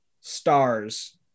stars